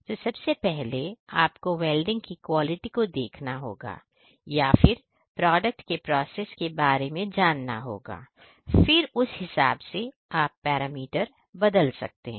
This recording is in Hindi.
तो सबसे पहले आपको वेल्डिंग की क्वालिटी को देखना होगा या फिर प्रोडक्ट के प्रोसेस के बारे में जानना होगा फिर उस हिसाब से आप पैरामीटर बदल सकते हैं